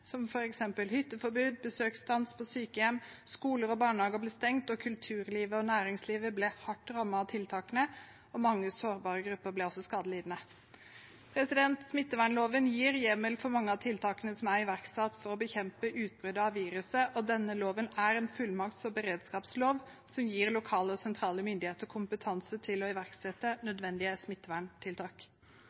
som f.eks. hytteforbud og besøksstans på sykehjem, skoler og barnehager ble stengt, kulturlivet og næringslivet ble hardt rammet av tiltakene, og mange sårbare grupper ble også skadelidende. Smittevernloven gir hjemmel for mange av tiltakene som er iverksatt for å bekjempe utbruddet av viruset. Denne loven er en fullmakts- og beredskapslov som gir lokale og sentrale myndigheter kompetanse til å iverksette nødvendige